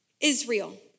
Israel